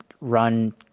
run